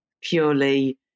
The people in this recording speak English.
purely